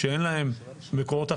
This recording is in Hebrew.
כשאין להן מקורות הכנסה,